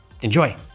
enjoy